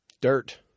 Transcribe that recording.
Dirt